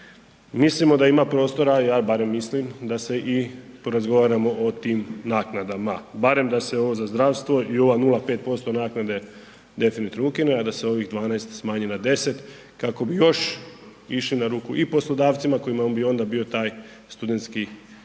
mislimo da ima prostora, ja barem mislim da se i porazgovaramo o tim naknadama, barem da se ovo za zdravstvo i ova 0,5% naknade definitivno ukine, a da se ovih 12 smanji na 10 kako bi još išli na ruku i poslodavcima kojima bi onda taj studentski rad